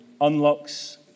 unlocks